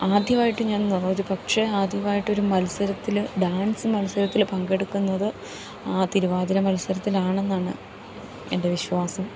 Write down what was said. ആദ്യമായിട്ട് ഞാൻ ഒരു പക്ഷേ ആദ്യമായിട്ടൊരു മത്സരത്തിൽ ഡാൻസ് മത്സരത്തിൽ പങ്കെടുക്കുന്നത് ആ തിരുവാതിര മത്സരത്തിലാണെന്നാണ് എൻ്റെ വിശ്വാസം